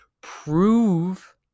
Prove